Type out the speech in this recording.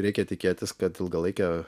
reikia tikėtis kad ilgalaike